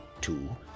two